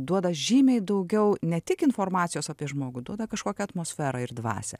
duoda žymiai daugiau ne tik informacijos apie žmogų duoda kažkokią atmosferą ir dvasią